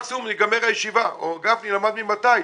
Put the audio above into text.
מקסימום תסתיים הישיבה או כמו במפא"י,